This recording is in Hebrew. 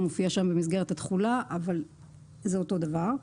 הוא מופיע שם במסגרת התחולה אבל זה אותו הדבר.